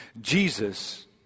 Jesus